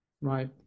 right